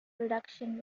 production